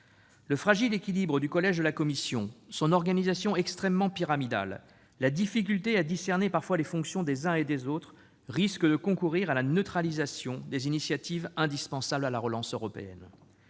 Le fragile équilibre du collège de la Commission, son organisation extrêmement pyramidale, la difficulté à discerner parfois les fonctions des uns et des autres risquent de concourir à la neutralisation des initiatives indispensables à la relance européenne.